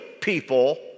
people